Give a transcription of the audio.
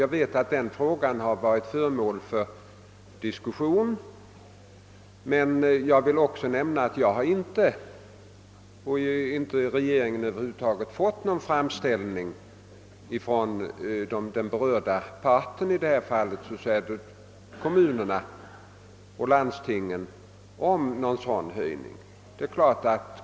Jag vet att denna fråga har varit föremål för diskussion men vill också nämna, att regeringen inte fått någon framställning från de berörda parterna, i detta fall kommunerna och landstingen, om ökat bidrag från staten.